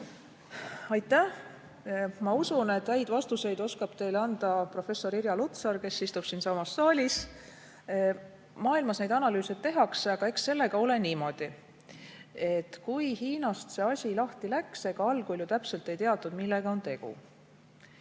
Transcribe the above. Aitäh! Ma usun, et häid vastuseid oskab teile anda professor Irja Lutsar, kes istub siinsamas saalis. Maailmas neid analüüse tehakse, aga eks sellega ole niimoodi, et kui Hiinast see asi lahti läks, siis ega algul ju täpselt ei teadnud, millega on tegu.